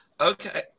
Okay